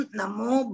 namo